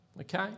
okay